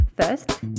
First